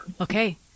Okay